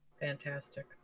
fantastic